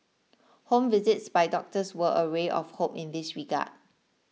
home visits by doctors were a ray of hope in this regard